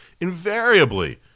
invariably